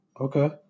Okay